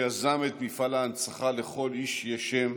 שיזם את מפעל ההנצחה "לכל איש יש שם",